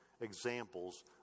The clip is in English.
Examples